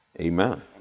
Amen